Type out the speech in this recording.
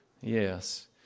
Yes